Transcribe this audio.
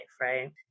right